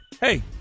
hey